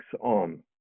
on